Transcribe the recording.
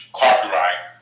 copyright